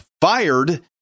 fired